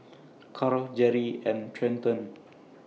Karl Jeri and Trenton